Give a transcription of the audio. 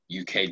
UK